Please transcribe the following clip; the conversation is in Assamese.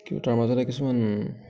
কিন্তু তাৰ মাজতে কিছুমান